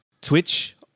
twitch